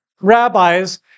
rabbis